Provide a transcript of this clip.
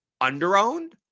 under-owned